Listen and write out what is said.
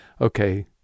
okay